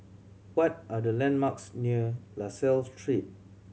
what are the landmarks near La Salle Street